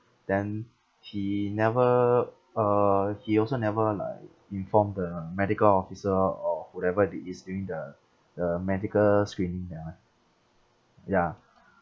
then he never uh he also never like inform the medical officer or whoever that is during the the medical screening that [one] ya